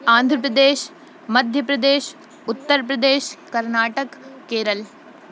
Andhra Pradesh Madhya Pradesh Uttar Pradesh Karnataka Kerala